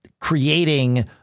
creating